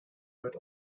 wird